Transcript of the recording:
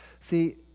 see